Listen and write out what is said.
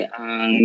ang